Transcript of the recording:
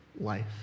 life